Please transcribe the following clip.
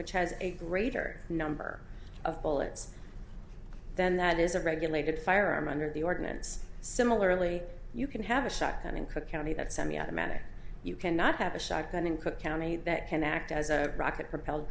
which has a greater number of bullets then that is a regulated firearm under the ordinance similarly you can have a shotgun in cook county that semiautomatic you cannot have a shotgun in cook county that can act as a rocket propelled